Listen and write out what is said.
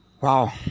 Wow